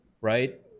right